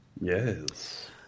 Yes